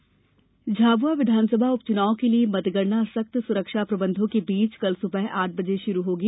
उपचुनाव झाबुआ विधानसभा उपचुनाव के लिए मतगणना सख्त सुरक्षा प्रबंधों के बीच कल सुबह आठ बजे शुरू होगी